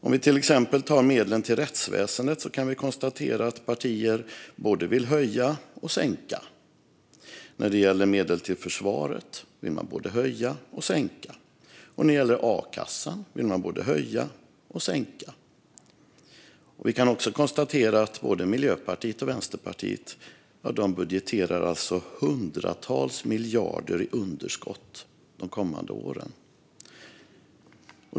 Om vi till exempel ser på medlen till rättsväsendet kan vi konstatera att partier både vill höja och sänka. När det gäller medel till försvaret vill man både höja och sänka. Och när det gäller a-kassan vill man både höja och sänka. Vi kan också konstatera att både Miljöpartiet och Vänsterpartiet budgeterar för hundratals miljarder i underskott de kommande åren.